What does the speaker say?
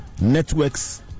networks